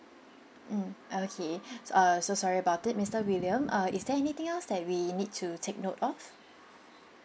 mm okay uh so sorry about it mister william uh is there anything else that we need to take note of